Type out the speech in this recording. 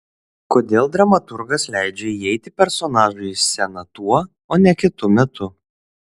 kodėl dramaturgas leidžia įeiti personažui į sceną tuo o ne kitu metu